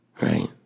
right